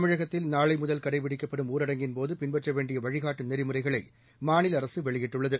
தமிழகத்தில் நாளை முதல் கடைபிடிக்கப்படும் ஊரடங்கின்போது பின்பற்ற வேண்டிய வழிகாட்டு நெறிமுறைகளை மாநில அரசு வெளியிட்டுள்ளது